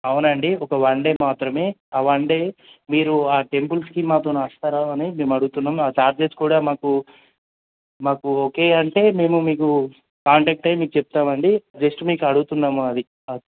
అవునండి ఒక one day మాత్రమే ఆ వన్ డే మీరు ఆ టెంపుల్స్కి మాతోని వస్తారా అని మేము అడుగుతున్నాము ఆ ఛార్జెస్ కూడా మాకు మాకు ఓకే అంటే మేము మీకు కాంటాక్ట్ అయి మీకు చెప్తాము అండి జస్ట్ మీకు అడుగుతున్నాము అది